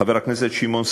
חבר הכנסת שמעון סולומון,